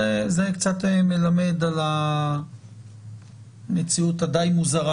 זה קצת מלמד על המציאות הדי מוזרה,